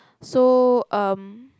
so um